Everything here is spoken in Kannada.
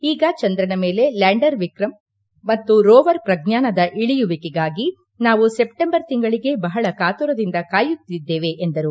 ಈಗ ಚಂದ್ರನ ಮೇಲೆ ಲ್ಯಾಂಡರ್ ವಿಕ್ರಮ ಮತ್ತು ರೋವರ್ ಪ್ರಜ್ಞಾನದ ಇಳಿಯುವಿಕೆಗಾಗಿ ನಾವು ಸೆಪ್ಟೆಂಬರ್ ತಿಂಗಳಿಗೆ ಬಹಳ ಕಾತುರದಿಂದ ಕಾಯುತ್ತಿದ್ದೇ ಎಂದರು